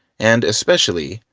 and, especially,